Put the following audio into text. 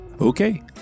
Okay